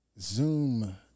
Zoom